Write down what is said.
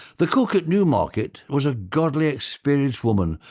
the cook at newmarket was a godly experienced woman,